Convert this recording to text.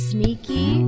Sneaky